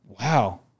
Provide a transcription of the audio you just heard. wow